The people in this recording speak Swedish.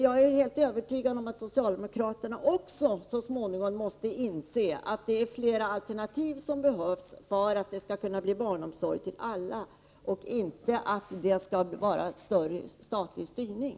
Jag är övertygad om att socialdemokraterna också så småningom måste inse att det är fler alternativ som behövs för att vi skall kunna ge barnomsorg till alla, inte bara större statlig styrning.